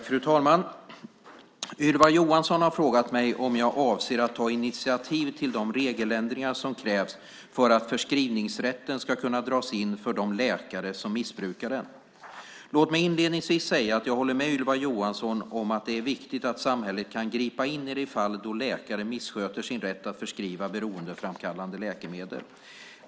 Fru talman! Ylva Johansson har frågat mig om jag avser att ta initiativ till de regeländringar som krävs för att förskrivningsrätten ska kunna dras in för de läkare som missbrukar den. Låt mig inledningsvis säga att jag håller med Ylva Johansson om att det är viktigt att samhället kan ingripa i de fall då läkare missköter sin rätt att förskriva beroendeframkallande läkemedel.